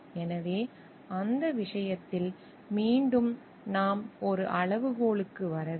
எனவே அந்த விஷயத்தில் மீண்டும் நாம் ஒரு அளவுகோலுக்கு வர வேண்டும்